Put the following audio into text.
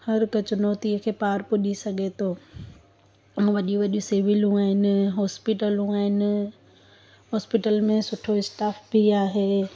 हर हिक चुनौतीअ खे पार पुॼी सघे थो ऐं वॾी वॾी सिविलूं आहिनि हॉस्पिटलूं आहिनि हॉस्पिटल में सुठो स्टाफ बि आहे